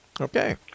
Okay